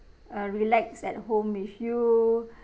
uh relax at home with you